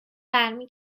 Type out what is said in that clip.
برمی